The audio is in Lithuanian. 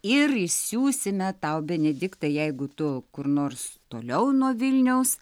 ir išsiųsime tau benediktai jeigu tu kur nors toliau nuo vilniaus